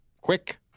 Quick